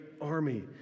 army